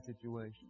situation